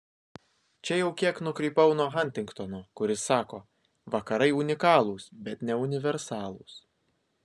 čia jau kiek nukrypau nuo huntingtono kuris sako vakarai unikalūs bet ne universalūs